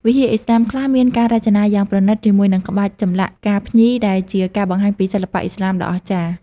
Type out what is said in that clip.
វិហារឥស្លាមខ្លះមានការរចនាយ៉ាងប្រណីតជាមួយនឹងក្បាច់ចម្លាក់ផ្កាភ្ញី ដែលជាការបង្ហាញពីសិល្បៈឥស្លាមដ៏អស្ចារ្យ។